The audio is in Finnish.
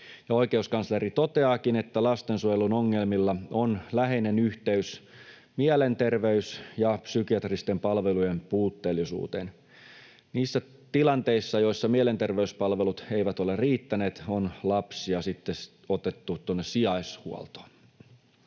Oikeuskansleri toteaakin, että lastensuojelun ongelmilla on läheinen yhteys mielenterveys- ja psykiatristen palvelujen puutteellisuuteen. Niissä tilanteissa, joissa mielenterveyspalvelut eivät ole riittäneet, on lapsia sitten otettu tuonne sijaishuoltoon.